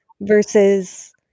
versus